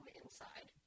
inside